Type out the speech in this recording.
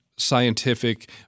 scientific